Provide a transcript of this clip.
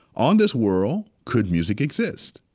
on this world, could music exist?